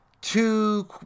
two